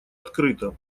открыто